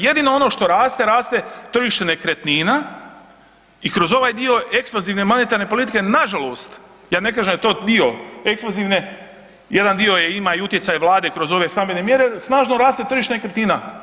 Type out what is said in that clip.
Jedino ono što raste raste tržište nekretnina i kroz ovaj dio eksplozivne monetarne politike nažalost, ja ne kažem da je to dio eksplozivne, jedan dio je imao i utjecaj vlade kroz ove stambene mjere, snažno raste tržište nekretnina.